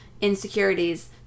insecurities